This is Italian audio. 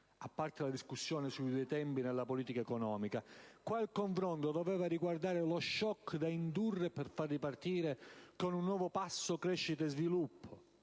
a parte la discussione sui due tempi nella politica economica. Qui il confronto doveva riguardare lo *shock* da indurre per far ripartire con nuovo passo crescita e sviluppo.